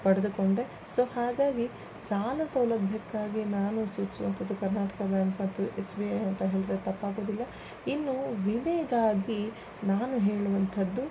ಪಡೆದುಕೊಂಡೆ so ಹಾಗಾಗಿ ಸಾಲ ಸೌಲಭ್ಯಕ್ಕಾಗಿ ನಾನು ಸೂಚ್ಸ್ವಂತದ್ದು ಕರ್ನಾಟಕ ಬ್ಯಾಂಕ್ ಮತ್ತು ಎಸ್ ಬಿ ಐ ಅಂತ ಹೇಳಿದ್ರೆ ತಪ್ಪಾಗೋದಿಲ್ಲ ಇನ್ನು ವಿಮೆಗಾಗಿ ನಾನು ಹೇಳುವಂಥದ್ದು